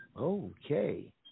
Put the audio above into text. Okay